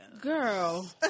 girl